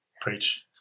preach